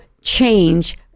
change